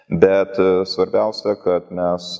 bet svarbiausia kad mes